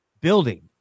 building